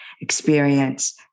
experience